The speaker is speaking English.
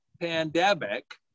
pandemic